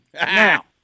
Now